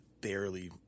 barely